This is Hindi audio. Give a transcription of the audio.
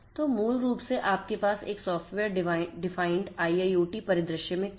तो मूल रूप से आपके पास एक सॉफ़्टवेयर डिफाइंड IIoT परिदृश्य में क्या है